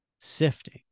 sifting